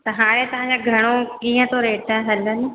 त हाणे तव्हांजा घणो कीअं थो रेट हलनि